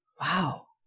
Wow